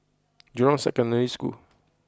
Jurong Secondary School